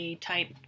type